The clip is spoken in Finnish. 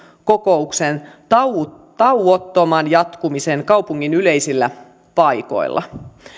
kokouksen tauottoman tauottoman jatkumisen kaupungin yleisillä paikoilla